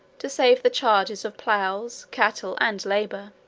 to save the charges of ploughs, cattle, and labour.